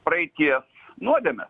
praeities nuodėmę